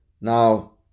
Now